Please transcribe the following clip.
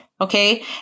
Okay